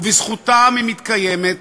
ובזכותם היא מתקיימת,